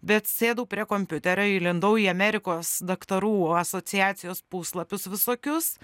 bet sėdau prie kompiuterio įlindau į amerikos daktarų asociacijos puslapius visokius